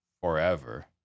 forever